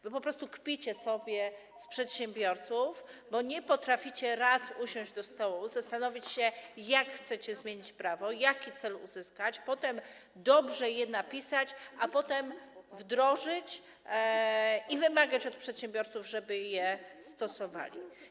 Wy po prostu kpicie sobie z przedsiębiorców, bo nie potraficie raz usiąść do stołu, zastanowić się, jak chcecie zmienić prawo, jaki cel uzyskać, nie potraficie dobrze go napisać, a potem wdrożyć i wymagać od przedsiębiorców, żeby je stosowali.